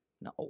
No